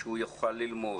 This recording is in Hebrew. שהוא יוכל ללמוד?